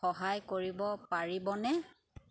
সহায় কৰিব পাৰিবনে